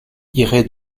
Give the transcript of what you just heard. irait